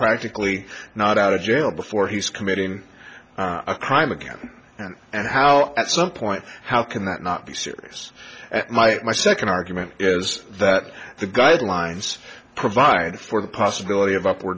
practically not out of jail before he's committing a crime again and and how at some point how can that not be serious my second argument is that the guidelines provide for the possibility of up